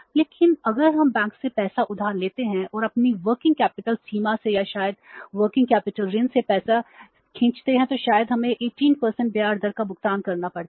लेकिन अगर हम बैंक से पैसा उधार लेते हैं और अपनी वर्किंग कैपिटल ऋण से पैसा खींचते हैं तो शायद हमें 18 ब्याज दर का भुगतान करना पड़ता है